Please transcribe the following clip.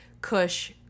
Kush